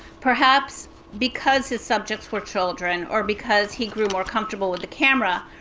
perhaps because his subjects were children or because he grew more comfortable with the camera,